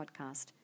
podcast